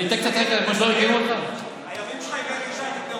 אני אתן קצת רקע, הימים שלך עם אלי ישי נגמרו.